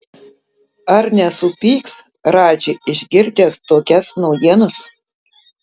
ar nesupyks radži išgirdęs tokias naujienas